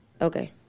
Okay